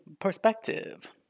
perspective